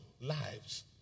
lives